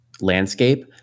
landscape